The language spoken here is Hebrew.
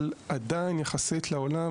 עד שהיא עברה את הגבול.